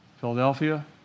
Philadelphia